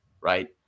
right